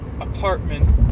apartment